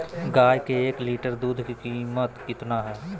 गाय के एक लीटर दूध का कीमत कितना है?